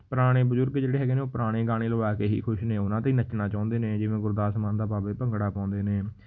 ਪੁਰਾਣੇ ਬਜ਼ੁਰਗ ਜਿਹੜੇ ਹੈਗੇ ਨੇ ਉਹ ਪੁਰਾਣੇ ਗਾਣੇ ਲਵਾ ਕੇ ਹੀ ਖੁਸ਼ ਨੇ ਉਹਨਾਂ 'ਤੇ ਨੱਚਣਾ ਚਾਹੁੰਦੇ ਨੇ ਜਿਵੇਂ ਗੁਰਦਾਸ ਮਾਨ ਦਾ ਬਾਬੇ ਭੰਗੜਾ ਪਾਉਂਦੇ ਨੇ